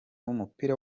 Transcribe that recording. w’umupira